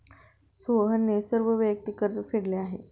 सोहनने सर्व वैयक्तिक कर्ज फेडले आहे